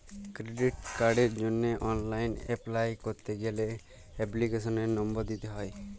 credit কার্ডের জন্হে online apply ক্যরতে গ্যালে এপ্লিকেশনের লম্বর দিত্যে হ্যয়